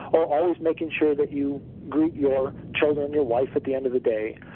or always making sure that you greet your children and your wife at the end of the day,